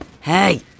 Hey